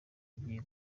igiye